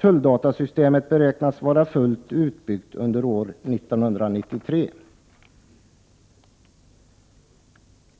Tulldatasystemet beräknas vara fullt utbyggt under år 1993.